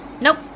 Nope